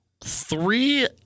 three